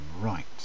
right